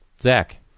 Zach